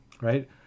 right